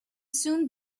soon